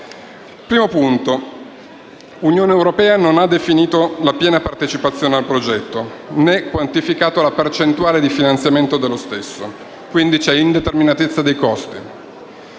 Primo punto. L'Unione europea non ha definito la piena partecipazione al progetto, né ha quantificato la percentuale di finanziamento dello stesso, quindi vi è indeterminatezza dei costi.